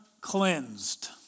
cleansed